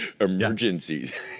emergencies